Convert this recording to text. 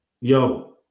yo